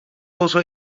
also